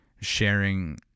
sharing